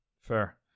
fair